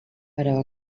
però